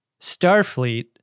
Starfleet